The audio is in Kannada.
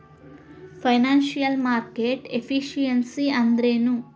ಫೈನಾನ್ಸಿಯಲ್ ಮಾರ್ಕೆಟ್ ಎಫಿಸಿಯನ್ಸಿ ಅಂದ್ರೇನು?